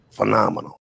Phenomenal